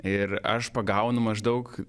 ir aš pagaunu maždaug